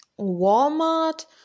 Walmart